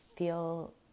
feel